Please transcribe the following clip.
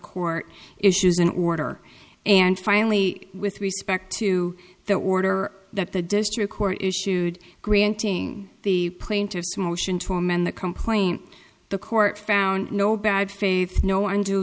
court issues an order and finally with respect to the order that the district court issued granting the plaintiff's motion to amend the complaint the court found no bad faith no und